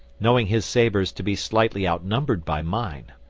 knowing his sabres to be slightly outnumbered by mine.